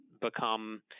become